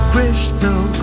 Crystal